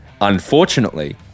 unfortunately